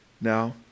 Now